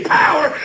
power